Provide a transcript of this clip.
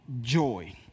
joy